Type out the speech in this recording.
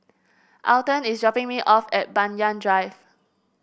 Alton is dropping me off at Banyan Drive